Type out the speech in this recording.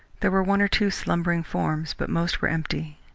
there were one or two slumbering forms, but most were empty.